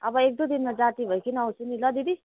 अब एक दुई दिनमा जाती भइकिन आउँछु नि ल दिदी